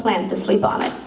plan to sleep on it